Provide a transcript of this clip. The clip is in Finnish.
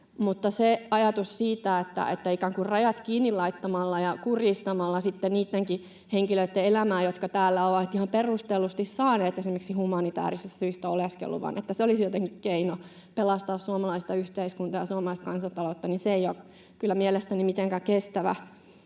Mutta ajatus siitä, että ikään kuin rajat kiinni laittamalla ja kurjistamalla niittenkin henkilöitten elämää, jotka ovat ihan perustellusti saaneet esimerkiksi humanitaarisista syistä oleskeluluvan, pelastettaisiin suomalaista yhteiskuntaa ja suomalaista kansantaloutta, ei ole kyllä mielestäni mitenkään kestävä